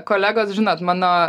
kolegos žinot mano